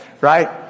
right